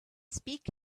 speak